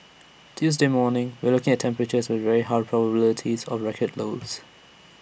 Tuesday morning we're looking at temperatures with very high probability of record lows